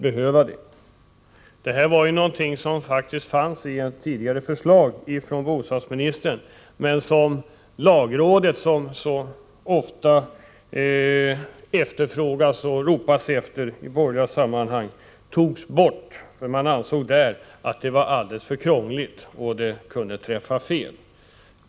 Sådana möjligheter fanns faktiskt i ett tidigare förslag från bostadsministern, men de togs bort av lagrådet, som det så ofta ropas efter från borgerligt håll. Man ansåg att en sådan ordning var alldeles för krånglig och kunde träffa fel.